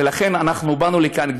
ולכן באנו לכאן,